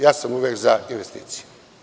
Ja sam uvek za investicije.